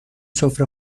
سفره